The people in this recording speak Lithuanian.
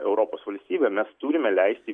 europos valstybė mes turime leisti